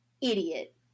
idiot